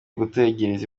gutegereza